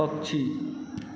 पक्षी